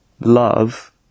Love